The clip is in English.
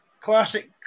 classic